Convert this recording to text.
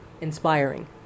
inspiring